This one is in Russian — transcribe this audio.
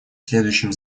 следующим